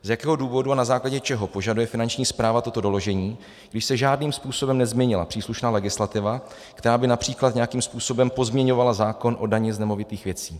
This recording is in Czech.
Z jakého důvodu a na základě čeho požaduje Finanční správa toto doložení, když se žádným způsobem nezměnila příslušná legislativa, která by například nějakým způsobem pozměňovala zákon o dani z nemovitých věcí?